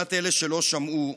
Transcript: לטובת אלה שלא שמעו: